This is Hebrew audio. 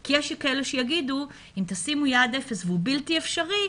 כי יש כאלה שיגידו שאם תשימו יעד אפס והוא בלתי אפשרי,